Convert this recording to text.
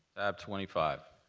tab twenty five?